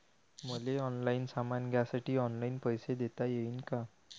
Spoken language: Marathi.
मले ऑनलाईन सामान घ्यासाठी ऑनलाईन पैसे देता येईन का?